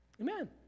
Amen